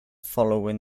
following